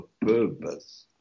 purpose